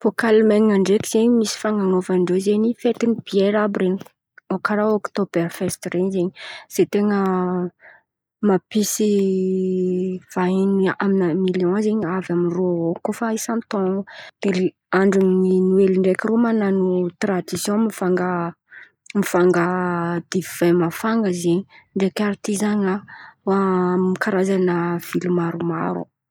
Bôka Alimain̈y ndreky zen̈y misy fan̈anôvan-drô zen̈y fety ny biera àby ren̈y, karà ôkotôbera fesity ren̈y zen̈y. Zen̈y tena mampisy vahiny any miliô zen̈y avy amirô ao koa fa hisantaon̈o, de li andro ny Noely ndreky rô manano tiradisô mivanga mivanga dive mafana zen̈y ndreky aritizan̈a karazan̈a vily maro maro ao.